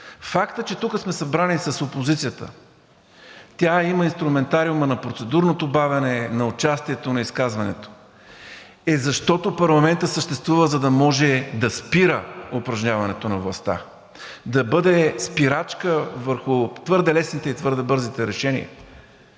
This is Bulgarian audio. Фактът, че тук сме събрани с опозицията, тя има инструментариума на процедурното бавене, на участието, на изказването и защото парламентът съществува, за да може да спира упражняването на властта, да бъде спирачка върху твърде лесните и твърде бързите решения.